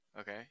Okay